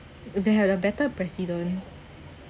if they had a better president